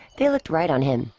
they looked right on him